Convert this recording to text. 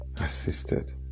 assisted